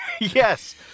Yes